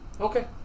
Okay